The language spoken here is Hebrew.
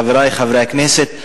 חברי חברי הכנסת,